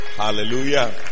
Hallelujah